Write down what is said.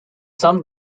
some